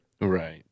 Right